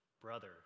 brother